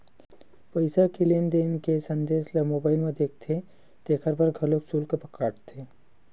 पईसा के लेन देन के संदेस ल मोबईल म देथे तेखर बर घलोक सुल्क काटथे